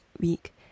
week